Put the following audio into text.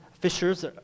fishers